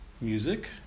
music